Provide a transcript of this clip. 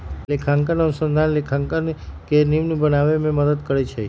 लेखांकन अनुसंधान लेखांकन के निम्मन बनाबे में मदद करइ छै